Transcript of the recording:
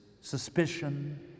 suspicion